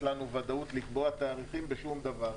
לנו ודאות לקבוע תאריכים בשום דבר.